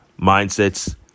mindsets